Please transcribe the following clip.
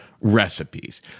recipes